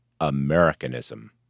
Americanism